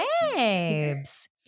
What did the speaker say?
babes